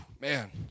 Man